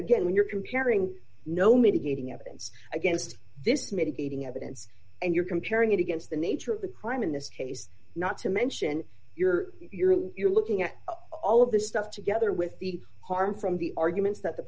again when you're comparing no mitigating evidence against this mitigating evidence and you're comparing it against the nature of the crime in this case not to mention your urine you're looking at all of this stuff together with the harm from the arguments that the